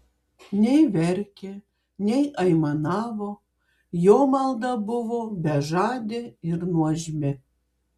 nei verkė nei aimanavo jo malda buvo bežadė ir nuožmi